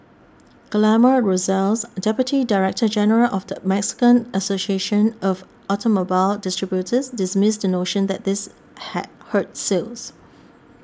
Guillermo Rosales Deputy Director General of the Mexican Association of Automobile Distributors dismissed the notion that this had hurt sales